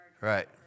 right